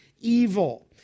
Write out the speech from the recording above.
evil